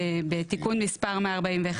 בתיקון מספר 141,